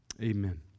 Amen